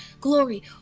glory